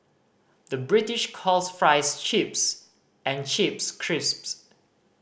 the British calls fries chips and chips crisps